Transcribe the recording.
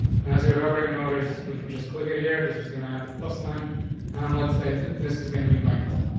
has your hovering notice. we can just click it here. this is gonna have and the plus sign on. let's say that this is gonna be my color.